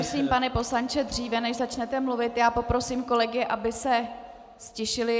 Prosím, pane poslanče, dříve než začnete mluvit, poprosím kolegy, aby se ztišili.